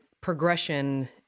progression